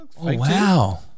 Wow